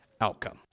outcome